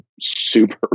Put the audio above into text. super